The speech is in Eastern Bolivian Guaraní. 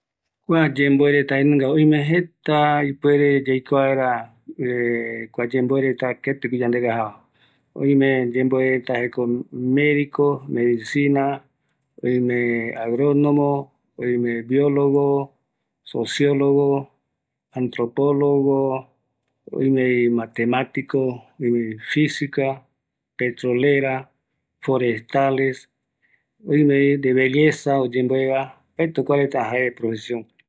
Kua yemboe reta jaenungavi, oïme medicina, agronomo, forestales, biologos, ingenieria de consrtuccion, antropologo, sociologo, derechos…